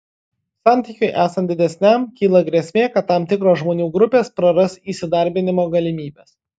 santykiui esant didesniam kyla grėsmė kad tam tikros žmonių grupės praras įsidarbinimo galimybes